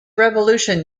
revolution